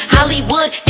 Hollywood